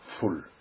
full